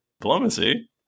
diplomacy